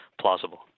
plausible